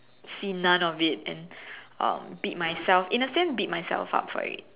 see none of it and um beat myself in a sense beat myself up for it